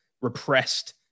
repressed